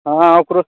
हँ ओकरो